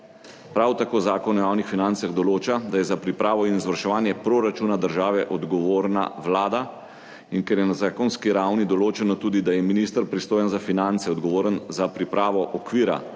Prav tako Zakon o javnih financah določa, da je za pripravo in izvrševanje proračuna države odgovorna vlada, in ker je na zakonski ravni določeno tudi, da je minister, pristojen za finance, odgovoren za pripravo okvira